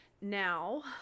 Now